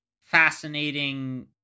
fascinating